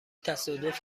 تصادف